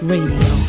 Radio